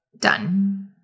Done